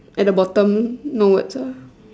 at the bottom no words ah